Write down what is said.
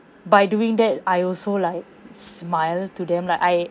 by doing that I also like smile to them like I